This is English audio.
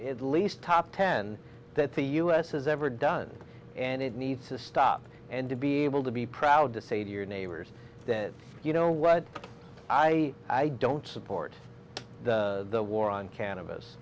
least top ten that the us has ever done and it needs to stop and to be able to be proud to say to your neighbors that you know what i i don't support the war on